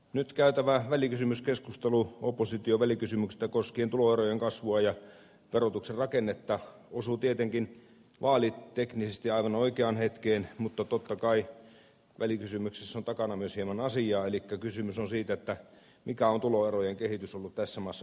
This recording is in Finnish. nyt käytävä välikysymyskeskustelu opposition välikysymyksestä koskien tuloerojen kasvua ja verotuksen rakennetta osuu tietenkin vaaliteknisesti aivan oikeaan hetkeen mutta totta kai välikysymyksessä on takana myös hieman asiaa elikkä kysymys on siitä mikä on tuloerojen kehitys ollut tässä maassa viime aikoina